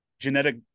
genetic